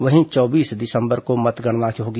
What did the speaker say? वहीं चौबीस दिसंबर को मतगणना होगी